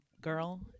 girl